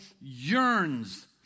yearns